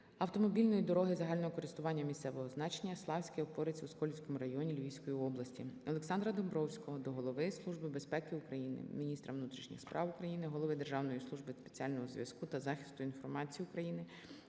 автомобільної дороги загального користування місцевого значення Славське-Опорець у Сколівському районі Львівської області. Олександра Домбровського до Голови Служби безпеки України, міністра внутрішніх справ України, голови Державної служби спеціального зв'язку та захисту інформації України,